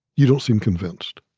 you don't seem convinced